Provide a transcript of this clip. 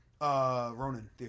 Ronan